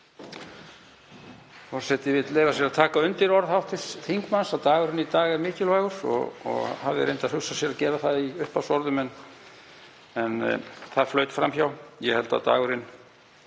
Forseti vill leyfa sér að taka undir orð hv. þingmanns, dagurinn í dag er mikilvægur; hafði reyndar hugsað sér að gera það í upphafsorðum en það flaut fram hjá. Ég held að dagurinn,